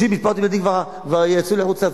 30 משפחות עם ילדים כבר יצאו לחוץ-לארץ.